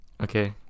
Okay